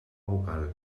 vocal